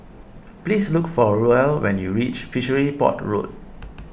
please look for Ruel when you reach Fishery Port Road